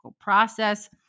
process